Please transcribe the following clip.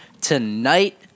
tonight